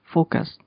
Focus